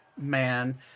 man